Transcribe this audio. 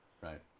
Right